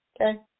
okay